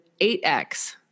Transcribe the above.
8X